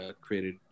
created